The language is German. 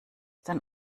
denn